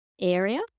area